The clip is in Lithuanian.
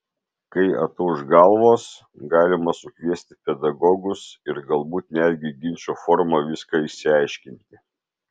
kai atauš galvos galima sukviesti pedagogus ir galbūt netgi ginčo forma viską išsiaiškinti